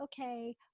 okay